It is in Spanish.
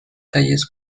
calles